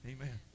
Amen